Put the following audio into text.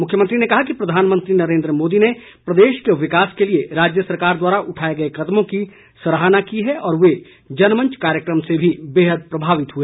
मुख्यमंत्री ने कहा कि प्रधानमंत्री नरेन्द्र मोदी ने प्रदेश के विकास के लिए राज्य सरकार द्वारा उठाए गए कदमों की सराहना की है और वे जनमंच कार्यक्रम से भी बेहद प्रभावित हुए